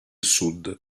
sud